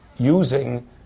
Using